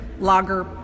lager